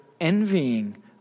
envying